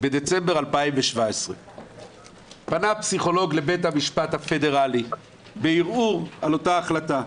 בדצמבר 2017. פנה פסיכולוג לבית המשפט הפדרלי בערעור על אותה החלטה.